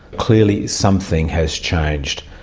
clearly something has changed,